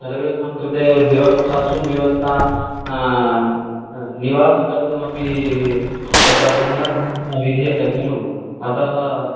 सर्वेषां कृते व्यवस्था सुव्यवस्था निवासं कर्तुम् अपि तत्र संल्लग्नता विधीयते खलु अतः